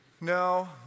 No